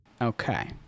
Okay